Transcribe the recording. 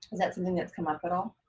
is that something that's come up at all?